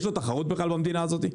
ישלו תחרות בכלל במדינה הזאת?